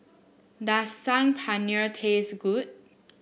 does Saag Paneer taste good